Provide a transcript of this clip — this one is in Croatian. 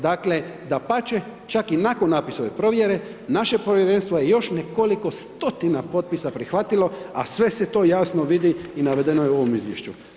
Dakle, dapače, čak i nakon APIS-ove provjere, naše je povjerenstvo nekoliko stotine potpisa prihvatili, a sve se to jasno vidi i navedeno je u ovom izvješću.